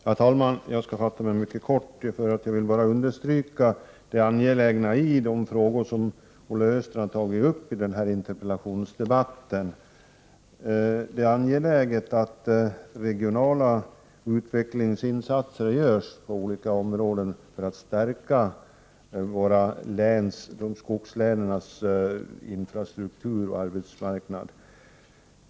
Herr talman! Jag skall fatta mig mycket kort. Jag vill bara understryka det angelägna i de frågor som Olle Östrand har tagit upp i denna interpellationsdebatt. Det är angeläget att regionala utvecklingsinsatser görs på olika områden för att stärka infrastruktur och arbetsmarknad i skogslänen.